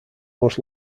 most